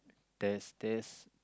test test